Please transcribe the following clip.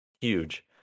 huge